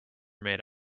made